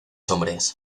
hombres